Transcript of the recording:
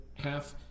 half